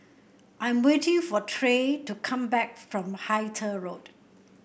I am waiting for Trey to come back from Hythe Road